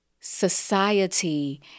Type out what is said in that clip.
society